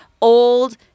old